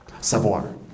Savoir